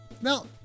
Now